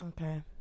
Okay